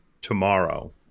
tomorrow